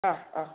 ആഹ് ആഹ്